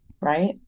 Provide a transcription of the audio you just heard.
right